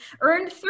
earned